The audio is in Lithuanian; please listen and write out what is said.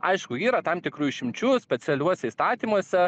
aišku yra tam tikrų išimčių specialiuose įstatymuose